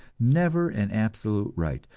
never an absolute right,